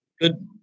Good